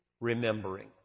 remembering